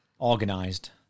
Organised